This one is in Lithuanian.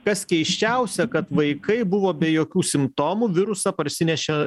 kas keisčiausia kad vaikai buvo be jokių simptomų virusą parsinešė